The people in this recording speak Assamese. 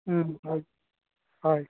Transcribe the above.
হয় হয়